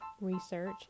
research